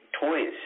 toys